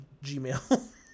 Gmail